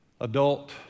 adult